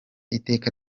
iteka